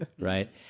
right